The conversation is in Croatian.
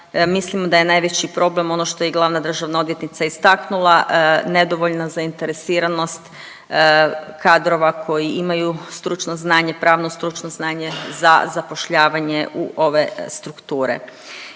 mislimo da je najveći problem, ono što je i glavna državna odvjetnica istaknula, nedovoljna zainteresiranost kadrova koji imaju stručno znanje, pravno stručno znanje za zapošljavanje u ove strukture.